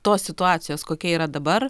tos situacijos kokia yra dabar